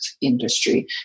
industry